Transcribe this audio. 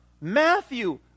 Matthew